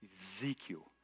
Ezekiel